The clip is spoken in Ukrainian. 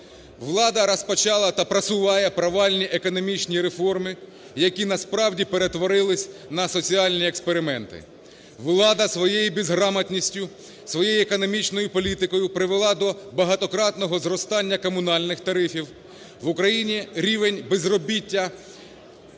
Влада розпочала та просуває провальні економічні реформи, які насправді перетворились на соціальний експерименти. Влада своєю безграмотністю, своєю економічною політикою привела до багатократного зростання комунальних тарифів. В Україні рівень безробіття